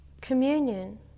Communion